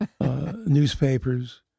Newspapers